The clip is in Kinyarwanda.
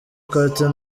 carter